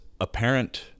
apparent